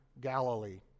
Galilee